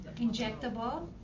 injectable